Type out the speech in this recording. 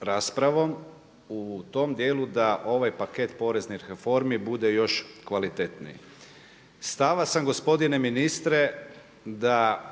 raspravom u tom djelu da ovaj paket poreznih reformi bude još kvalitetniji. Stava sam gospodine ministre da